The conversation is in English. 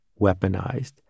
weaponized